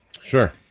Sure